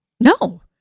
No